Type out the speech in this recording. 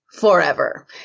forever